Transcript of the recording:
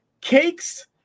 cakes